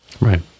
Right